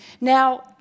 Now